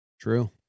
True